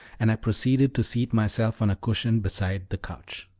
and i proceeded to seat myself on a cushion beside the couch.